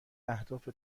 اهداف